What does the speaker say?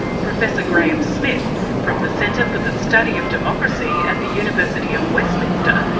professor graham smith from the centre for the study of democracy at the university of westminster,